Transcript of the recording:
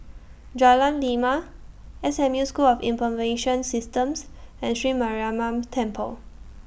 Jalan Lima S M U School of Information Systems and Sri Mariamman Temple